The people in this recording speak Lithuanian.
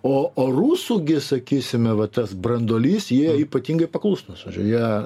o o rusų gi sakysime va tas branduolys jie ypatingai paklusnūs jie